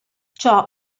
ciò